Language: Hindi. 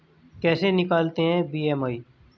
कैसे निकालते हैं बी.एम.आई?